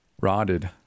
rotted